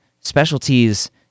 specialties